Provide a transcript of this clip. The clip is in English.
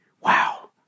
wow